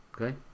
Okay